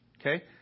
okay